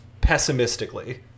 pessimistically